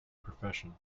profession